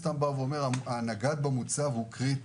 הנגד במוצב הוא קריטי.